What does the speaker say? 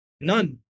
none